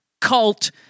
cult